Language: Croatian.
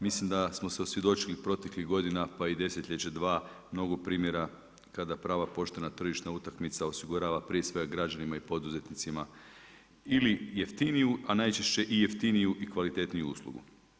Mislim da smo se osvjedočili proteklih godinama pa i desetljeće, dva, mnogo primjera kada prava poštena tržišna utakmica osigurava prije svega, građanima i poduzetnicima ili jeftiniju a najčešće i jeftiniju i kvalitetniju uslugu.